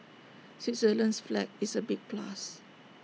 Switzerland's flag is A big plus